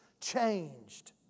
changed